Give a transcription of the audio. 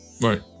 right